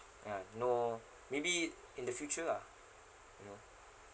ya no maybe in the future lah you know